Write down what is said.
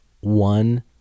one